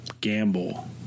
gamble